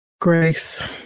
Grace